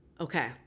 okay